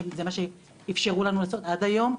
שזה מה שאפשרו לנו שעשות עד היום,